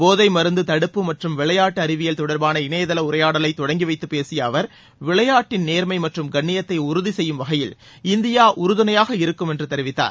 போதை மருந்து தடுப்பு மற்றும் விளையாட்டு அறிவியல் தொடர்பான இணையதள உரையாடலை தொடங்கிவைத்து பேசிய அவர் விளையாட்டின் நேர்மை மற்றும் கண்ணியத்தை உறுதி செய்யும் வகையில் இந்தியா உறுதுணையாக இருக்கும் என்று தெரிவித்தார்